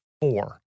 Four